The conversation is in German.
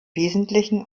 wesentlichen